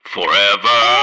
Forever